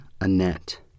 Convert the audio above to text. Annette